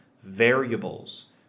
variables